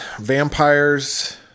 vampires